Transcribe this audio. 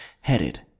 headed